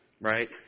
right